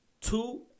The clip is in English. two